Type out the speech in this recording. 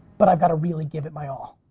but i've got to really give it my all.